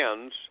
hands